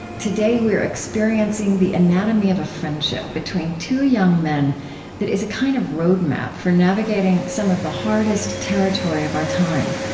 today, we're experiencing the anatomy of a friendship between two young men that is a kind of roadmap for navigating some of the hardest territory of our time.